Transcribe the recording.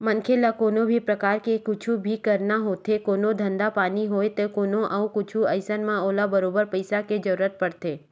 मनखे ल कोनो भी परकार के कुछु भी करना होथे कोनो धंधा पानी होवय ते कोनो अउ कुछु अइसन म ओला बरोबर पइसा के जरुरत पड़थे